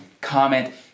comment